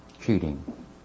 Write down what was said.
cheating